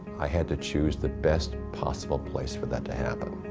i had to choose the best possible place for that to happen.